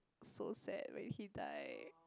so sad when he died